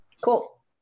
Cool